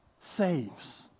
saves